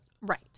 Right